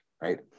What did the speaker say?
right